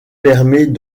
permet